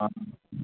ହଁ